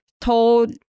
told